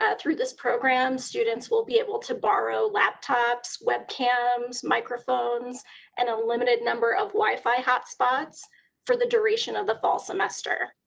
ah through this program students will be able to borrow laptops, web cams, microphones and um limited number of wi-fi hot spots for the duration of the fall semester.